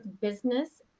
business